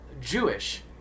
Jewish